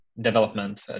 development